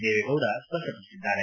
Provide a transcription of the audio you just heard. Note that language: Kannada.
ದೇವೇಗೌಡ ಸ್ಪಷ್ಟಪಡಿಸಿದ್ದಾರೆ